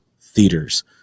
theaters